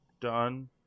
done